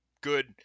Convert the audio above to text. good